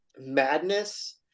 madness